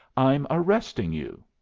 i'm arresting you!